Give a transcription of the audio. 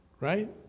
right